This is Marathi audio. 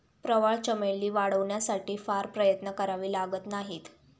प्रवाळ चमेली वाढवण्यासाठी फार प्रयत्न करावे लागत नाहीत